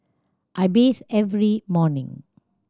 I bathe every morning